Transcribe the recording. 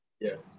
Yes